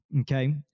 okay